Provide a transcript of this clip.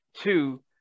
two